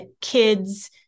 kids